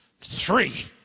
three